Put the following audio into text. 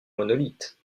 monolithe